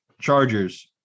Chargers